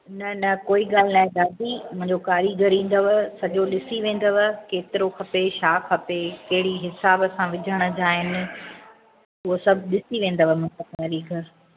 न न कोई ॻाल्हि न आहे दादी मुंहिंजो क़ारीगरु ईंदव सॼो ॾिसी वेंदव केतिरो खपे छा खपे कहिड़ी हिसाब सां विझण जा आहिनि उहो सभु ॾिसी वेंदव मुंहिजो क़ारीगरु